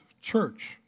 church